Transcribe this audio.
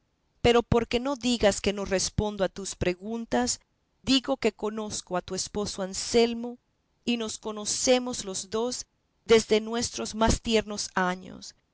pero porque no digas que no respondo a tus preguntas digo que conozco a tu esposo anselmo y nos conocemos los dos desde nuestros más tiernos años